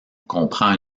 comprend